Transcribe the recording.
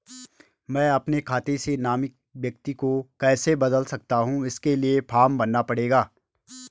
मैं अपने खाते से नामित व्यक्ति को कैसे बदल सकता हूँ इसके लिए फॉर्म भरना पड़ेगा?